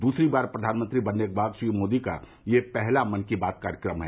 दूसरी बार प्रधानमंत्री बनने के बाद श्री मोदी का यह पहला मन की बात कार्यक्रम है